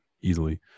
easily